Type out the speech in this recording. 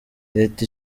leta